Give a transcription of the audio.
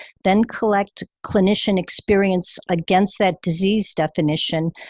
then collect clinician experience against that disease definition,